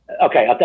Okay